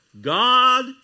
God